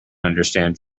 understand